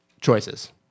choices